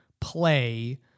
play